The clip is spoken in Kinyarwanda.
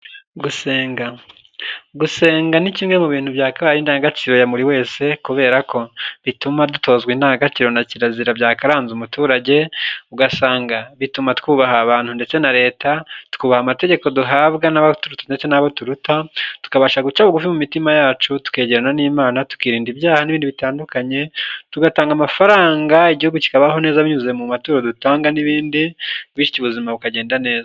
Gusenga gusenga ni kimwe mu bintu byakabaye indangagaciro ya buri wese, kubera ko bituma dutozwa indangagaciro na kirazira byakaranze umuturage, ugasanga bituma twubaha abantu ndetse na leta, twubaha amategeko duhabwa n'abaturuta ndetse n'abo turuta, tukabasha guca bugufi mu mitima yacu, tukegerana n'Imana, tukirinda ibyaha n'ibindi bitandukanye, tugatanga amafaranga igihugu kikabaho neza binyuze mu maturo dutanga n'ibindi, bityo ubuzima bukagenda neza.